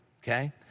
okay